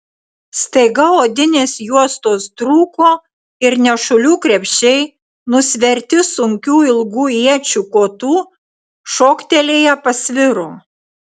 staiga odinės juostos trūko ir nešulių krepšiai nusverti sunkių ilgų iečių kotų šoktelėję pasviro